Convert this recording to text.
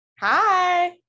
Hi